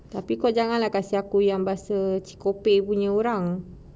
kau jangan kasi aku yang pasal chikopek punya orang